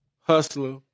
hustler